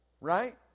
right